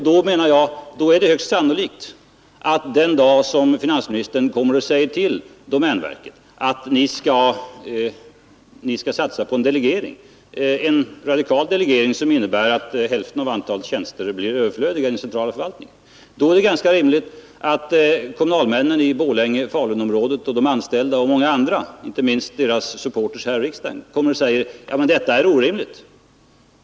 Den dag finansministern säger till domänverket att det skall satsa på en radikal delegering, som innebär att hälften av antalet tjänster blir överflödiga i den centrala förvaltningen, är det ganska sannolikt att kommunalmännen i Borlänge-Falunområdet, de anställda och många andra — inte minst deras supporters här i riksdagen — säger: Detta är orimligt.